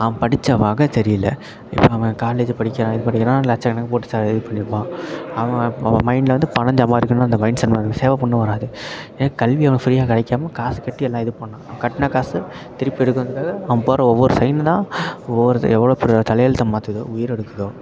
அவன் படித்த வகை சரியில்லை இப்போ அவன் காலேஜு படிக்கிறான் இது படிக்கிறான் லட்ச கணக்கு போட்டு ச இது பண்ணியிருப்பான் அவன் அவன் மைண்ட்டில் வந்து பணம் சம்பாதிக்கணும் அந்த மைண்ட்ஸ் அந்த மாதிரி தான் வரும் சேவை பண்ணணும்னு வராது ஏன்னால் கல்வி அவனுக்கு ஃப்ரீயாக கிடைக்காம காசு கட்டி எல்லாம் இது பண்ணிணான் அவன் கட்டின காசு திருப்பி எடுக்கணுங்கிறத்துக்காக அவன் போடுற ஒவ்வொரு சைன்னு தான் ஒவ்வொரு எவ்வளோ பேரோடய தலையெழுத்த மாற்றுதோ உயிரை எடுக்குதோ